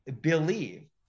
believe